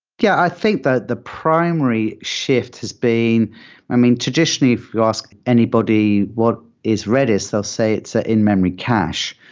yeah, i think that the primary shift has been i mean, traditionally, if you ask anybody what is redis, they'll say it's an ah in-memory cache.